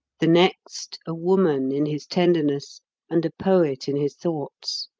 the next, a woman in his tenderness and a poet in his thoughts.